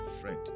friend